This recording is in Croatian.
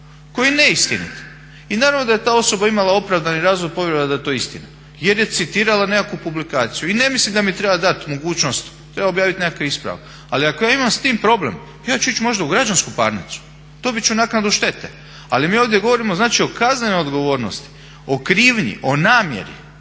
koji je neistinit i naravno da je ta osoba imala opravdani razlog povjerovat da je to istina jer je citirala nekakvu publikaciju. I ne mislim da mi treba dati mogućnost, treba objavit nekakav ispravak, ali ako ja imam s tim problem ja ću ići možda u građansku parnicu, dobit ću naknadu štete, ali mi ovdje govorimo znači o kaznenoj odgovornosti, o krivnji, o namjeri.